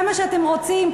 זה מה שאתם רוצים,